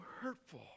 hurtful